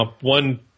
one